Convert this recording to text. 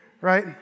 right